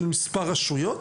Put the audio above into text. של מספר רשויות.